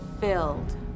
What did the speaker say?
filled